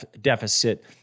deficit